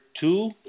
two